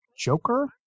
Joker